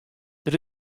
der